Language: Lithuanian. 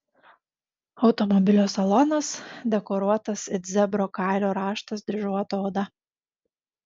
automobilio salonas dekoruotas it zebro kailio raštas dryžuota oda